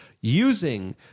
using